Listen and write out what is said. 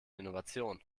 innovation